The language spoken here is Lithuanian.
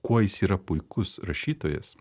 kuo jis yra puikus rašytojas